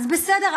אז בסדר,